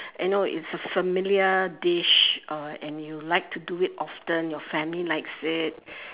you know it's a familiar dish uh and you like to do it often your family likes it